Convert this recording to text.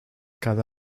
cada